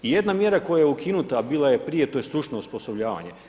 I jedna mjera koja je ukinuta, a bila je prije, a to je stručno osposobljavanje.